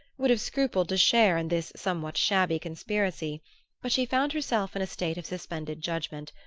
would have scrupled to share in this somewhat shabby conspiracy but she found herself in a state of suspended judgment,